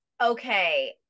Okay